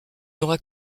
n’aura